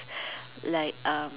like um